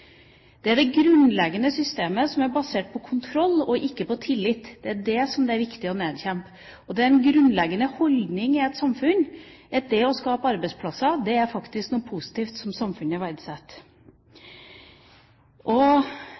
Det er det grunnleggende systemet som er basert på kontroll og ikke på tillit, som det er viktig å nedkjempe. Det er en grunnleggende holdning i et samfunn at det å skape arbeidsplasser faktisk er noe positivt som samfunnet verdsetter.